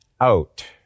out